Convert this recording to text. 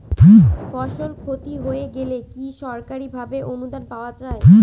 ফসল ক্ষতি হয়ে গেলে কি সরকারি ভাবে অনুদান পাওয়া য়ায়?